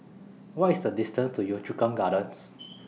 What IS The distance to Yio Chu Kang Gardens